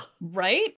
Right